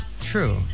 True